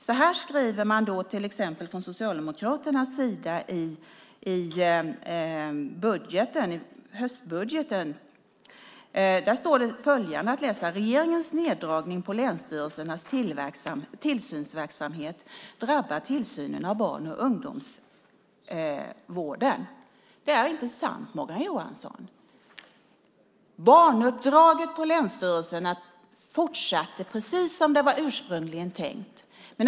Så här skriver man till exempel från Socialdemokraternas sida i höstbudgeten: Regeringens neddragning på länsstyrelsernas tillsynsverksamhet drabbar tillsynen av barn och ungdomsvården. Det är inte sant, Morgan Johansson. Barnuppdraget på länsstyrelserna fortsatte precis som det var tänkt ursprungligen.